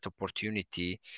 opportunity